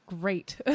great